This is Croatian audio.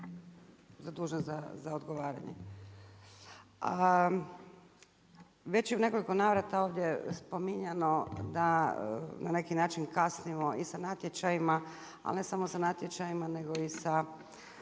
zadužen za odgovaranje. Već u nekoliko navrata ovdje spominjano da na neki način kasnimo i sa natječajima, ali ne samo sa natječajima nego i sa